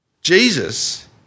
Jesus